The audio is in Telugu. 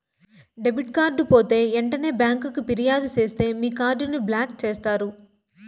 డెబిట్ కార్డు పోతే ఎంటనే బ్యాంకికి ఫిర్యాదు సేస్తే మీ కార్డుని బ్లాక్ చేస్తారు